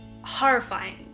horrifying